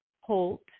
Holt